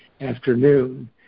afternoon